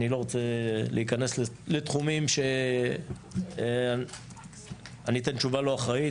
אני לא רוצה להיכנס לתחומים שאני אתן תשובה לא אחראית.